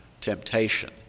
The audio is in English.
temptation